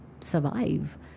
survive